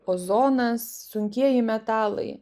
ozonas sunkieji metalai